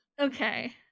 Okay